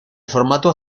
formato